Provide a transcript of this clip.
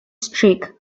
streak